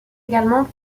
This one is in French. également